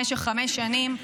למשך חמש שנים.